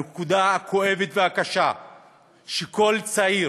הנקודה הכואבת והקשה שכל צעיר